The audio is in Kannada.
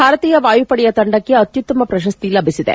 ಭಾರತೀಯ ವಾಯುಪಡೆಯ ತಂಡಕ್ಕೆ ಅತ್ಮುತ್ತಮ ಪ್ರಶಸ್ತಿ ಲಭಿಸಿದೆ